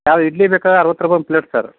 sir idli ಬೇಕಾದ್ರೆ ಅರವತ್ತು ರೂಪಾಯಿ ಒಂದು ಪ್ಲೇಟ್ ಸರ್